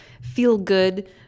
feel-good